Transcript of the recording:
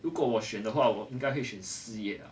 如果我选的话我应该会选事业